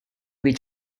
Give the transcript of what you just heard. will